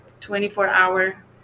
24-hour